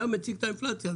אתה מציג את האינפלציה.